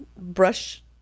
brush